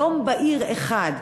וביום בהיר אחד,